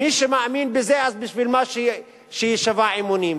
מי שמאמין בזה, אז בשביל מה שיישבע אמונים?